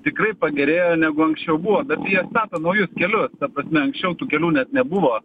tikrai pagerėjo negu anksčiau buvo bet tai jie stato naujus kelius ta prasme anksčiau tų kelių net nebuvo